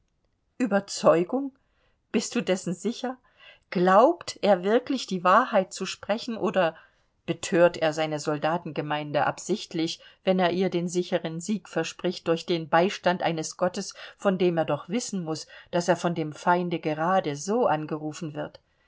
überzeugung bist du dessen sicher glaubt er wirklich die wahrheit zu sprechen oder bethört er seine soldatengemeinde absichtlich wenn er ihr den sicheren sieg verspricht durch den beistand eines gottes von dem er doch wissen muß daß er von dem feinde gerade so angerufen wird